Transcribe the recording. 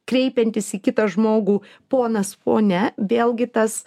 kreipiantis į kitą žmogų ponas ponia vėlgi tas